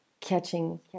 catching